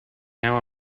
now